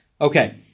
Okay